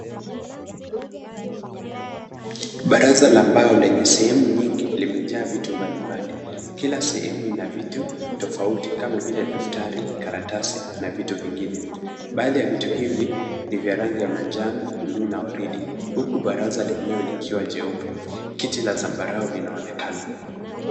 Baraza la mbao lenye sehemu nyingi limejaa vitu mbali mbali. Kila sehemu ina vitu tofauti kama vile daftari, karatasi na vitu vingine. Baadhi ya vitu hivi ni vya manjano , bluu na waridi huku baraza lenyewe likiwa jeupe. Kiti la zambarau linaonekana.